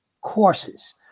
courses